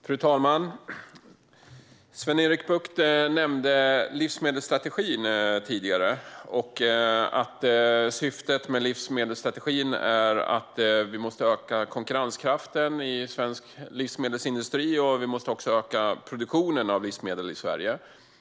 Fru talman! Sven-Erik Bucht nämnde livsmedelsstrategin tidigare och att syftet med den är att vi måste öka konkurrenskraften i svensk livsmedelsindustri och öka produktionen av livsmedel i Sverige.